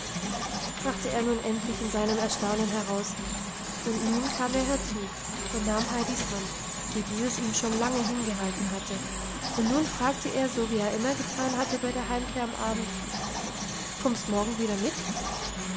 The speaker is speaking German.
brachte er nun endlich in seinem erstaunen heraus und nun kam er herzu und nahm heidis hand die dieses ihm schon lange hingehalten hatte und nun fragte er so wie er immer getan hatte bei der heimkehr am abend kommst morgen wieder mit